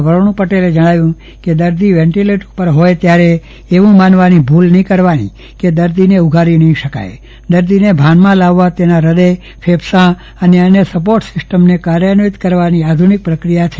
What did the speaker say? વરુણ પટેલે જણાવ્યું હતું કે દર્દી વેન્ટીલેટર ઉપર હોય ત્યારે એવું માનવાની ભૂલ નહી કરવાની કે દર્દીને ઉગારી નહિ શકાય દર્દીને ભાનમાં લાવવા તેના હૃદય ફેફસાં અને અન્ય સપોર્ટ સિસ્ટમને કાર્યાન્વિત કરવાની આધુનિક પ્રક્રિયા છે